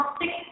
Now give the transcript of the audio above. six